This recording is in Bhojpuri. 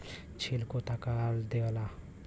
छिलको ताकत देला